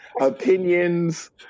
opinions